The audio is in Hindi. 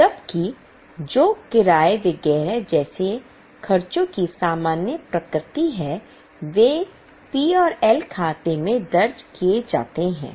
जबकि जो किराये वगैरह जैसे खर्चों की सामान्य प्रकृति है वे P और L खाते में दर्ज किए जाते हैं